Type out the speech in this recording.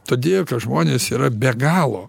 todėl kad žmonės yra be galo